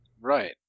Right